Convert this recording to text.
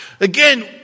Again